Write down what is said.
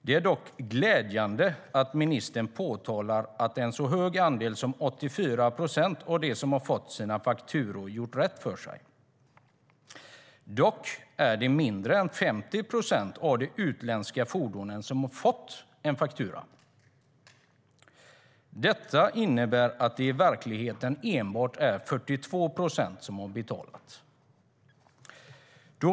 Det är glädjande att, enligt vad ministern påpekar, en så hög andel som 84 procent av dem som fått fakturor har gjort rätt för sig. Dock är det mindre än 50 procent av de utländska fordonen som har fått en faktura. Detta innebär att det i verkligheten endast är 42 procent som har betalat.